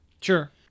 Sure